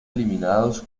eliminados